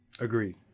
Agreed